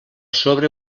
sobre